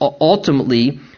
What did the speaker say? Ultimately